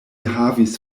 havis